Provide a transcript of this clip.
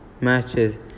matches